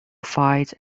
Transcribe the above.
fights